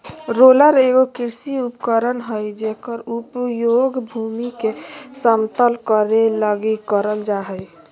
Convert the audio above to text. roller एगो कृषि उपकरण हइ जेकर उपयोग भूमि के समतल करे लगी करल जा हइ